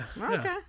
Okay